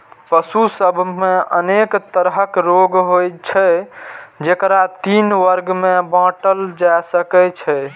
पशु सभ मे अनेक तरहक रोग होइ छै, जेकरा तीन वर्ग मे बांटल जा सकै छै